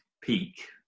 peak